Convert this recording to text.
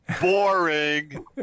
Boring